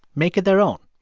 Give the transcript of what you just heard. make it their own.